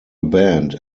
band